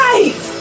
Right